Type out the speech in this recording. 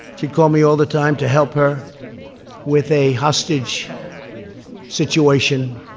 she'd call me all the time to help her with a hostage situation